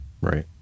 Right